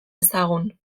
ezagun